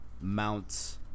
Mount